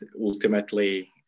ultimately